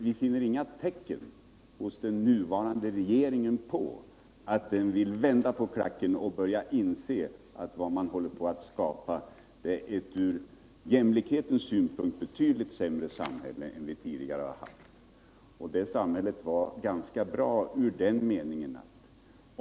Vi finner inga tecken hos den nuvarande regeringen på att den vill vända på klacken och inse att man håller på att skapa ett samhälle med vidgade klyftor mellan människorna.